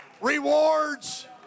rewards